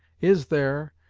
is there,